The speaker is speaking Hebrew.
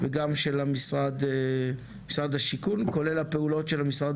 וגם של משרד השיכון כולל הפעולות של משרד